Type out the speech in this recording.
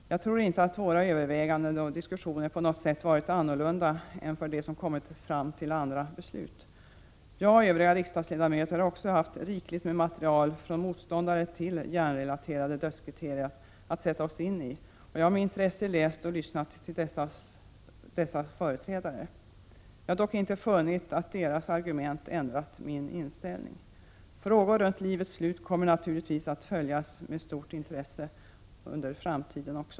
Jag tror inte att våra överväganden och diskussioner på något sätt varit annorlunda än dem som andra kommit fram till. Jag och övriga riksdagsledamöter har också haft rikligt med material från motståndare till ett hjärnrelaterat dödskriterium att sätta oss in i. Jag har med intresse läst vad dessa företrädare har skrivit och lyssnat till dem. Deras argument har dock inte ändrat min inställning. Frågor rörande livets slut kommer naturligtvis att följas med stort intresse även i framtiden.